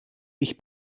ich